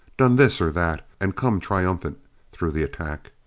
done this or that, and come triumphant through the attack.